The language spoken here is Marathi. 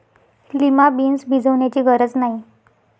लिमा बीन्स भिजवण्याची गरज नाही